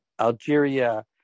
Algeria